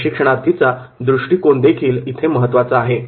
प्रशिक्षणार्थीचा दृष्टिकोन देखील महत्त्वाचा आहे